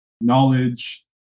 knowledge